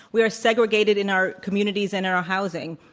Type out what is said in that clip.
we are segregated in our communities and our housing.